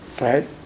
Right